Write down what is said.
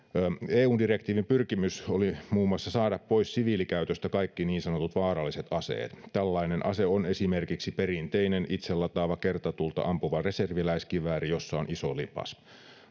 eun direktiivin pyrkimys oli muun muassa saada pois siviilikäytöstä kaikki niin sanotut vaaralliset aseet tällainen ase on esimerkiksi perinteinen itselataava kertatulta ampuva reserviläiskivääri jossa on iso lipas